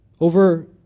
over